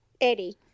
Eddie